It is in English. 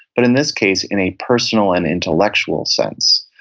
but in this case, in a personal and intellectual sense.